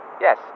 yes